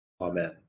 Amen